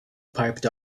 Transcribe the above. piped